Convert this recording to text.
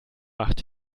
macht